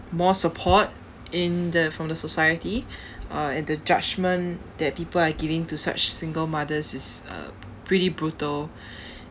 more support in the from the society uh and the judgement that people are giving to such single mothers is uh pretty brutal